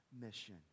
mission